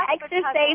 Exercise